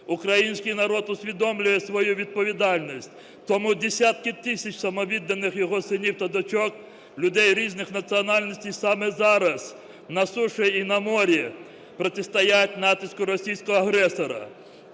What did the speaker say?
Український народ усвідомлює свою відповідальність. Тому десятки тисяч самовідданих його синів та дочок, людей різних національностей, саме зараз на суші і на морі протистоять натиску російського агресора.